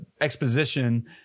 exposition